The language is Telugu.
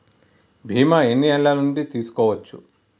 బీమా ఎన్ని ఏండ్ల నుండి తీసుకోవచ్చు?